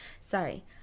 Sorry